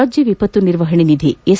ರಾಜ್ಯ ವಿಪತ್ತು ನಿರ್ವಹಣೆ ನಿಧಿ ಎಸ್